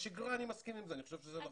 בשגרה אני מסכים עם זה, אני חושב שזה נכון,